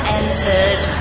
entered